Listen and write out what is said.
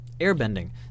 airbending